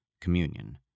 communion